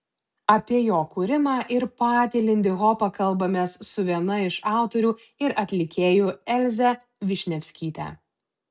apie jo kūrimą ir patį lindihopą kalbamės su viena iš autorių ir atlikėjų elze višnevskyte